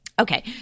Okay